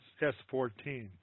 S14